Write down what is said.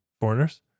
foreigners